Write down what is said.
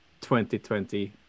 2020